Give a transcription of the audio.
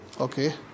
okay